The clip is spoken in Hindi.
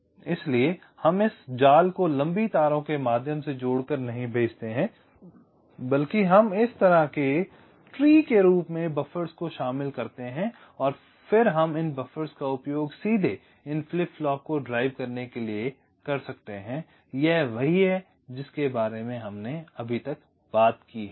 इसलिए हम इस जाल को लंबी तारों के माध्यम से जोड़कर नहीं भेजते हैं बल्कि हम इस तरह के पेड़ के रूप में बफ़र्स को शामिल करते हैं और फिर हम इन बफ़र्स का उपयोग सीधे इन फ्लिप फ्लॉप को ड्राइव करने के लिए कर सकते हैं यह वही है जिसके बारे में हमने अभी तक बात की है